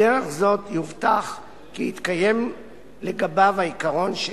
בדרך זאת יובטח כי יתקיים לגביו העיקרון של